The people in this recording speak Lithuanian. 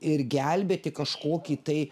ir gelbėti kažkokį tai